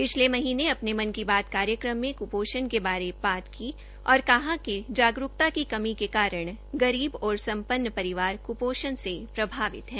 पिछले महीने अपने मन की बात कार्यक्रम में क्पोषण के बारे बात की है और कहा कि जागरूकता की कमी के कारण गरीब और सम्पन्न परिवार क्पोषण से प्रभावित हैं